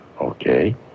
okay